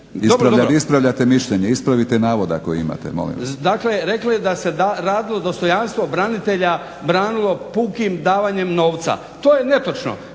Ispravljate mišljenje. Ispravite navod koji imate, molim vas./… Dakle, rekla je da se dostojanstvo branitelja branilo pukim davanjem novca. To je netočno.